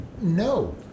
no